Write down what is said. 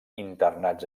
internats